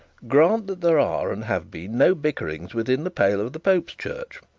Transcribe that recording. grant that there are and have been no bickerings within the pale of the pope's church.